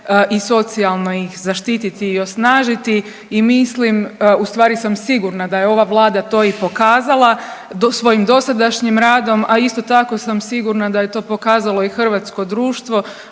i socijalno ih zaštiti i osnažiti i mislim, u stvari sam sigurna da je ova vlada to i pokazala svojim dosadašnjim radom, a isto tako sam sigurna da je pokazalo i hrvatsko društvo,